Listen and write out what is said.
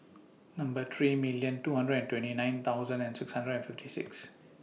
Number three million two hundred and twenty nine thousand and six hundred and fifty six